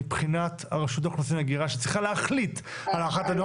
מבחינת רשות האוכלוסין וההגירה שצריכה להחליט על הארכת הנוהל